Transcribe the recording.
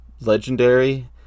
legendary